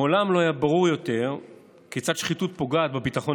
מעולם לא היה ברור יותר כיצד שחיתות פוגעת בביטחון